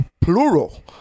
plural